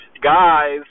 Guys